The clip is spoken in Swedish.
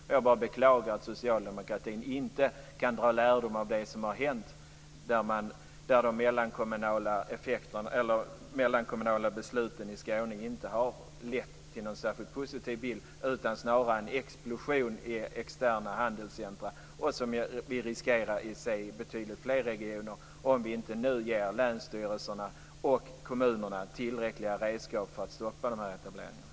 Jag beklagar bara att socialdemokratin inte kan dra lärdom av det som hänt, där de mellankommunala besluten i Skåne inte har lett till någon särskilt positiv bild utan snarare en explosion av externa handelscentrum, vilket vi riskerar att få se i betydligt fler regioner om vi inte nu ger länsstyrelserna och kommunerna tillräckliga redskap för att stoppa dessa etableringar.